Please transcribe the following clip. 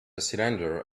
cylinder